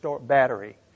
battery